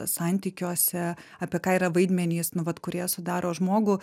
santykiuose apie ką yra vaidmenys nu vat kurie sudaro žmogų